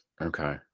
okay